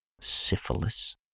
syphilis